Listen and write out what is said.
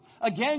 Again